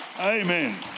Amen